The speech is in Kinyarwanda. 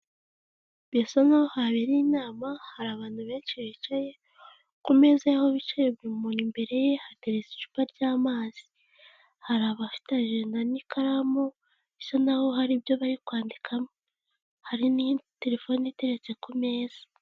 Bisa nkaho habereye inama, hari abantu benshi bicaye, ku meza yaaho bicaye ku nko imbere ye hateretse icupa ry'amazi. Hari abafitanije na n'ikaramu, bisa naho hari ibyo bari kwandikamo. Hari na telefone iteretse ku meza.